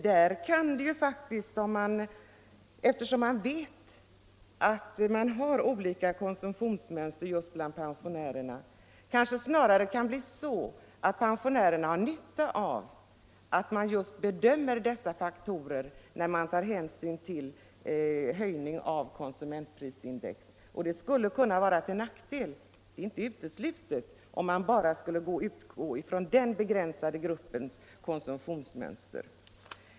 Eftersom vi vet att det finns mycket olika konsumtionsmönster just bland pensionärerna, kan det kanske faktiskt snarare bli så, att pensionärerna har nytta av att man bedömer dessa faktorer när man skall ta hänsyn till höjningen av konsumtionsprisindex. Det är inte uteslutet att det skulle kunna vara till nackdel för dem om man bara skulle utgå från den begränsade gruppens konsumtionsmönster.